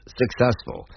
successful